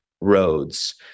roads